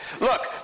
look